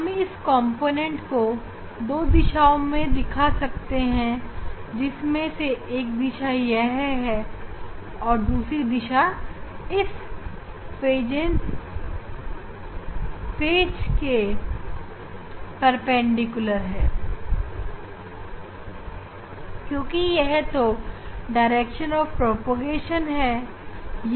हम इस कॉम्पोनेंटहो 2 दिशाओं में दिखा सकते हैं जिनमें से एक दिशा यह है और दूसरी दिशा इस पेपर के परपेंडिकुलर है क्योंकि यह तो प्रकाश की गति की दिशा है